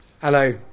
Hello